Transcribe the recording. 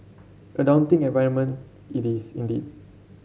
a daunting environment it is indeed